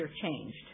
changed